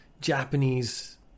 Japanese